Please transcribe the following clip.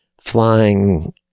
flying